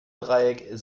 dreieck